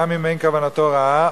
גם אם אין כוונתו רעה,